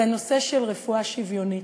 זה הנושא של רפואה שוויונית.